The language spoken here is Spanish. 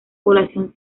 población